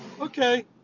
Okay